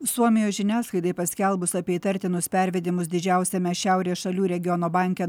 suomijos žiniasklaidai paskelbus apie įtartinus pervedimus didžiausiame šiaurės šalių regiono banke